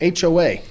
hoa